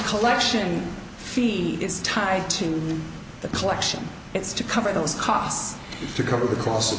collection fee is tied to the collection it's to cover those costs to cover the costs of